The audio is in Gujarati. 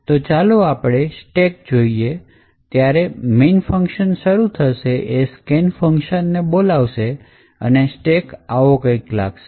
તો ચાલો આપણે ટેક જોઈએ જ્યારે main function શરૂ થશે એ scan ફંકશન ને બોલાવશે અને સ્ટેક આવો કંઈક લાગશે